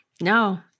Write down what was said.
No